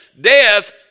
death